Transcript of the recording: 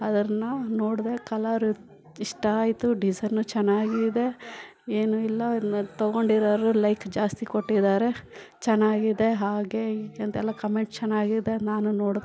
ಅದನ್ನ ನೋಡಿದೆ ಕಲರು ಇಷ್ಟ ಆಯಿತು ಡಿಸೈನು ಚೆನ್ನಾಗಿದೆ ಏನು ಇಲ್ಲ ಇನ್ನು ತಗೊಂಡಿರೋರು ಲೈಕ್ ಜಾಸ್ತಿ ಕೊಟ್ಟಿದಾರೆ ಚೆನ್ನಾಗಿದೆ ಹಾಗೆ ಹೀಗೆ ಅಂತೆಲ್ಲ ಕಮೆಂಟ್ ಚೆನ್ನಾಗಿದೆ ನಾನು ನೋಡ್ದೆ